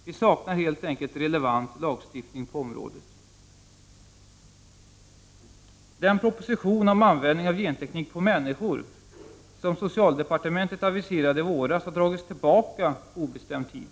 Vi saknar helt enkelt relevant lagstiftning på området. Den proposition om användning av genteknik på människor som socialdepartementet aviserade i våras har dragits tillbaka på obestämd tid.